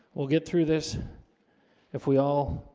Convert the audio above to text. we'll get through this if we all